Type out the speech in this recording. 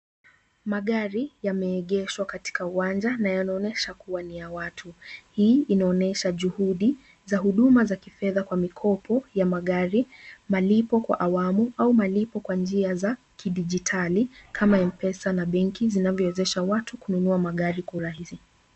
Magari yameegeshwa katika uwanja na yanaonyesha kuwa ni ya watu. Hii inaonyesha juhudi za huduma za kifedha na mikopo wa magari, malipo kwa awamu au malipo kwa kidijitali kama mpesa na benki zinazowezesha watu kununua magari kwa urahisi.